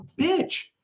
bitch